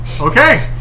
Okay